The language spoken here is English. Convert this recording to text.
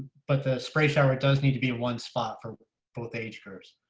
but the spray shower. it does need to be one spot for both age groups.